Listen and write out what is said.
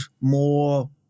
more